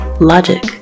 Logic